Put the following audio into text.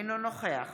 אינו נוכח